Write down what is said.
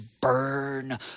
burn